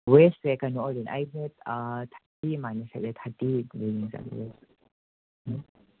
ꯋꯦꯁꯁꯦ ꯀꯩꯅꯣ ꯑꯣꯏꯗꯣꯏꯅꯦ ꯑꯩꯁꯦ ꯊꯥꯔꯇꯤ ꯑꯗꯨꯃꯥꯏꯅ ꯁꯦꯠꯂꯦ ꯊꯥꯔꯇꯤ ꯎꯝ